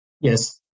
Yes